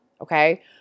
okay